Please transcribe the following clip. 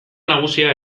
nagusia